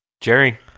Jerry